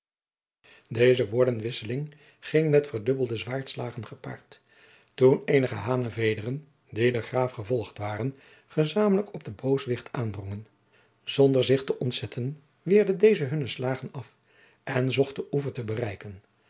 deze woordenwisseling ging met verdubbelde zwaardslagen gepaard toen eenige hanevederen die den graaf gevolgd waren gezamenlijk op den booswicht aandrongen zonder zich te ontzetten weerde deze hunne slagen af en zocht den oever te bereiken